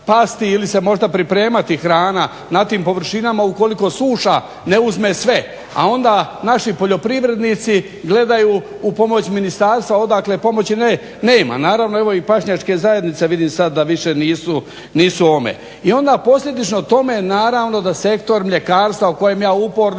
ili se možda pripremati hrana na tim površinama ukoliko suša ne uzme sve, a onda naši poljoprivrednici gledaju u pomoć ministarstva, a odakle pomoći nema. Naravno evo i pašnjačke zajednice vidim sada više nisu ome. I onda posljedično tome naravno da sektor mljekarstva o kojem ja uporno